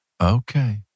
Okay